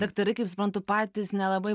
daktarai kaip suprantu patys nelabai